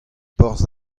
porzh